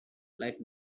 light